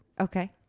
Okay